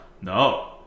No